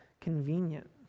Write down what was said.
convenient